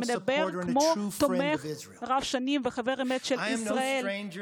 אלא בתור תומך רב-שנים וחבר אמת של ישראל.